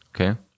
Okay